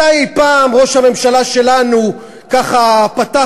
מתי אי-פעם ראש הממשלה שלנו ככה פתח